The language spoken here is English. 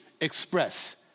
express